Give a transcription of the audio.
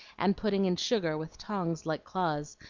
and putting in sugar with tongs like claws,